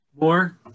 More